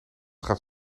gaat